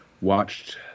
watched